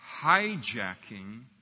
hijacking